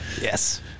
Yes